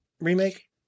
Remake